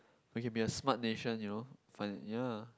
we can be a smart nation you know fine ya